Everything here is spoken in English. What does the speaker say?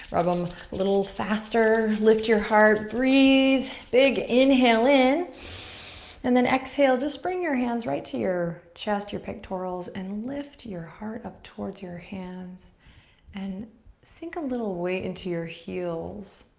um little faster, lift your heart, breath. big inhale in and then exhale, just bring your hands right to your chest, your pectorals, and lift your heart up towards your hands and sink a little weight into your heels.